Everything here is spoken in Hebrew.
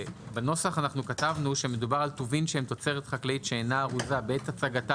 בנוסח כתבנו שמדובר על "טובין שהם תוצרת חקלאית שאינה ארוזה בעת הצגתה